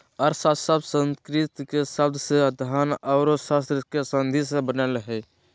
अर्थशास्त्र शब्द संस्कृत शब्द के धन औरो शास्त्र के संधि से बनलय हें